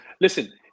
listen